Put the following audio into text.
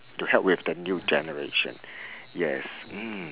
to help with the new generation yes mm